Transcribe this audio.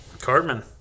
cartman